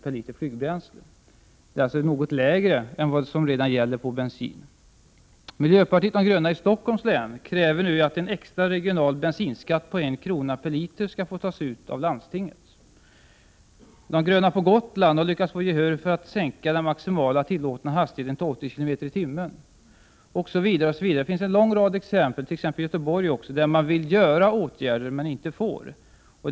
per liter flygbränsle, alltså något mindre än vad som gäller för bensin. Miljöpartiet de gröna i Stockholms län kräver nu att en extra regional bensinskatt på 1 kr. per liter skall få tas ut av landstinget. De gröna på Gotland har lyckats få gehör för att sänka den maximalt tillåtna hastigheten på Ön till 80 km per timme. Det finns en lång rad exempel. I t.ex. Göteborg vill man vidta åtgärder men får inte.